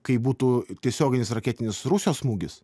kai būtų tiesioginis raketinis rusijos smūgis